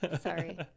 Sorry